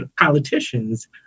politicians